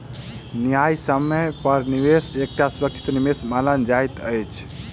न्यायसम्य पर निवेश एकटा सुरक्षित निवेश मानल जाइत अछि